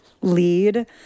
lead